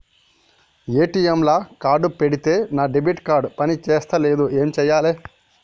ATM లా card పెడితే నా డెబిట్ కార్డ్ పని చేస్తలేదు ఏం చేయాలే?